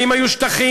האם היו שטחים?